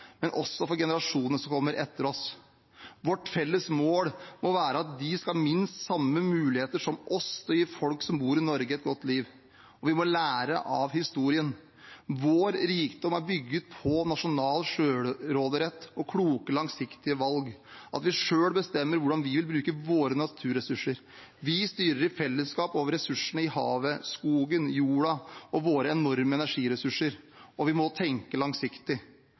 men også for generasjonene som kommer etter oss. Vårt felles mål må være at de skal ha minst samme muligheter som oss til å gi folk som bor i Norge, et godt liv, og vi må lære av historien. Vår rikdom er bygd på nasjonal selvråderett og kloke, langsiktige valg – at vi selv bestemmer hvordan vi vil bruke våre naturressurser. Vi styrer i fellesskap over ressursene i havet, skogen, jorda og våre enorme energiressurser. Og vi må tenke langsiktig.